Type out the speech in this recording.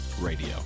radio